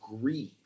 grieve